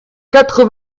quatre